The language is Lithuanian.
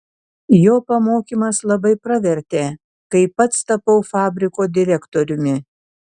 jo pamokymas labai pravertė kai pats tapau fabriko direktoriumi